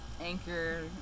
anchor